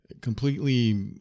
completely